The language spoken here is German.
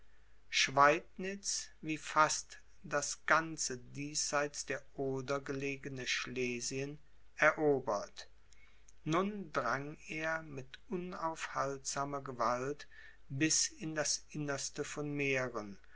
schweidnitz wie fast das ganze diesseits der oder gelegene schlesien erobert nun drang er mit unaufhaltsamer gewalt bis in das innerste von mähren